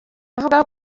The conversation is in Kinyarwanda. avuga